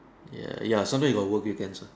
ya ya sometime you got work weekends ah